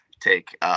take